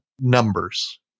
numbers